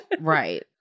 Right